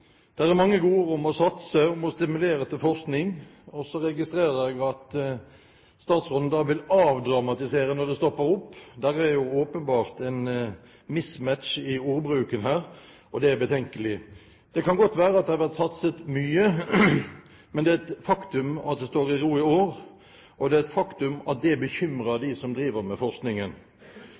registrerer jeg at statsråden vil avdramatisere når det stopper opp. Det er jo åpenbart en mismatch i ordbruken her, og det er betenkelig. Det kan godt være at det har vært satset mye, men det er et faktum at det står i ro i år, og det er et faktum at det bekymrer dem som driver med forskningen.